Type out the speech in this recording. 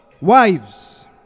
wives